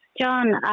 John